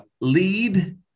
lead